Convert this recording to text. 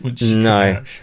no